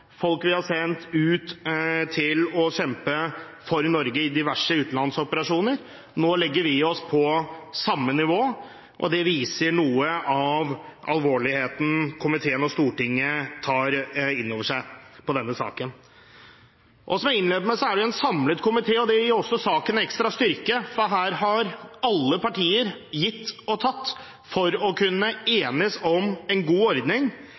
folk vi har sendt ut til å kjempe for Norge i diverse utenlandsoperasjoner. Nå legger vi oss på samme nivå, og det viser noe av alvoret komiteen og Stortinget tar inn over seg i denne saken. Som jeg innledet med, er komiteen samlet, og det gir også saken ekstra styrke, for her har alle partier gitt og tatt for å kunne enes om en god ordning.